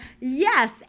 yes